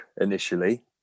initially